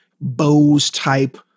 Bose-type